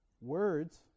Words